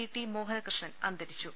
T Mohanakrishnan അന്തരിച്ചു